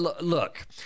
look